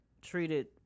treated